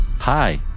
Hi